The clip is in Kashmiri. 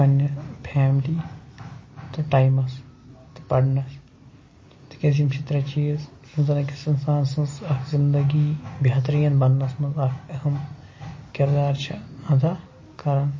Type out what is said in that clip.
پنٛنہِ فیملی تہٕ ٹایمس تہٕ پرنس تِکیٛازِ یِم چھِ ترٛےٚ چیٖز یِم زن أکِس اِنسان سٕنٛز اکھ زندگی بہتریٖن بنٛنس منٛز اکھ اہم کِردار چھِ ادا کَران